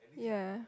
yeah